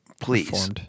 please